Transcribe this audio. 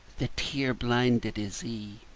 the tear blinded his ee.